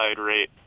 rate